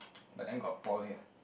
but then got Paul